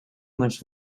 much